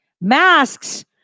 Masks